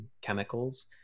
chemicals